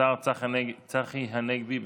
השר צחי הנגבי,